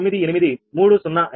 98305 కోణం మైనస్ 1